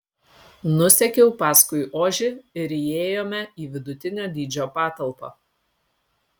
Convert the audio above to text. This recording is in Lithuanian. nusekiau paskui ožį ir įėjome į vidutinio dydžio patalpą